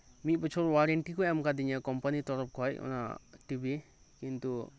ᱢᱤᱫ ᱵᱚᱪᱷᱚᱨ ᱳᱣᱟᱨᱮᱱᱴᱤ ᱠᱚ ᱮᱢ ᱟᱠᱟᱫᱤᱧᱟᱹ ᱠᱚᱢᱯᱟᱱᱤ ᱛᱚᱨᱚᱯᱷ ᱠᱷᱚᱱ ᱚᱱᱟ ᱴᱤᱵᱷᱤ ᱠᱤᱱᱛᱩ